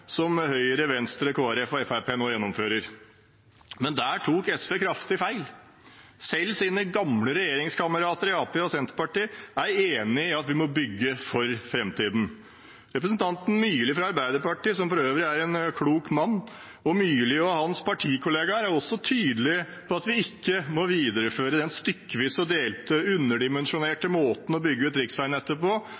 som Høyre, Venstre, Kristelig Folkeparti og Fremskrittspartiet nå gjennomfører. Men der tok SV kraftig feil – selv deres gamle regjeringskamerater i Arbeiderpartiet og Senterpartiet er enig i at vi må bygge for framtiden. Representanten Myrli fra Arbeiderpartiet, som for øvrig er en klok mann, og hans partikollegaer er også tydelige på at vi ikke må videreføre den stykkevise, delte og